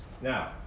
Now